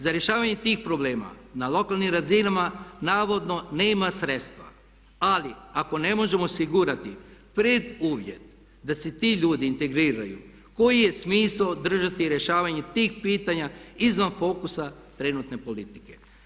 Za rješavanje tih problema na lokalnim razinama navodno nema sredstva ali ako ne možemo osigurati preduvjet da se ti ljudi integriraju koji je smisao držati rješavanje tih pitanja izvan fokusa trenutne politike.